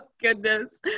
goodness